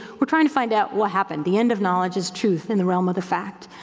we're trying to find out what happened. the end of knowledge is truth in the realm of the fact.